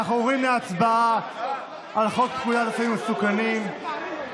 אנחנו עוברים להצבעה על חוק פקודת הסמים המסוכנים (תיקון,